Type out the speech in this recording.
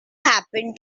happen